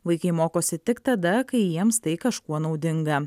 vaikai mokosi tik tada kai jiems tai kažkuo naudinga